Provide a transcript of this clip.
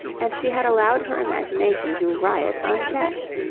and she had allowed her imagination to riot unchecked.